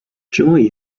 joy